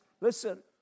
listen